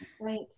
Right